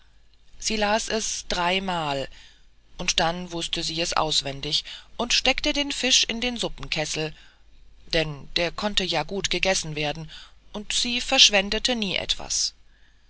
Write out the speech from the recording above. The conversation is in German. sie las es dreimal und dann wußte sie es auswendig und steckte den fisch in den suppenkessel denn der konnte ja gut gegessen werden und sie verschwendete nie etwas